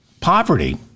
poverty